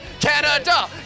Canada